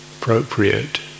appropriate